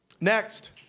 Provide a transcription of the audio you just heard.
next